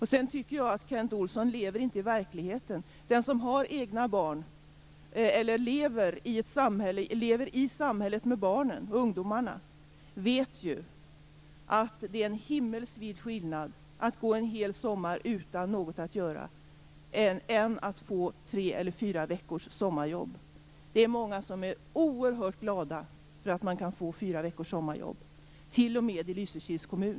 Jag tycker vidare att Kent Olsson inte lever i verkligheten. Den som har egna barn eller lever i samhället med barnen och ungdomarna vet att det är en himmelsvid skillnad mellan att gå en hel sommar utan något att göra och att få tre eller fyra veckors sommarjobb. Det är många som är oerhört glada för att få fyra veckors sommarjobb, t.o.m. i Lysekils kommun.